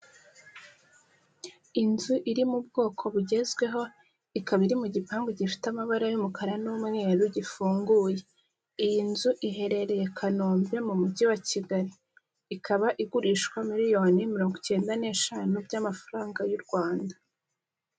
Inzu iri mu bwoko bugezweho, ikaba iri mu gipangu gifite amabara y'umukara n'umweru gifunguye, iyi nzu iherereye i Kanombe mu mujyi wa Kigali, ikaba igurishwa miliyoni mirongo icyenda n'eshanu by'amafaranga y'u Rwanda.